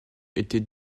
était